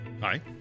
Hi